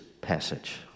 passage